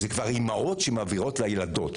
אלה כבר אימהות שמעבירות לילדות.